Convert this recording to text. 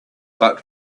but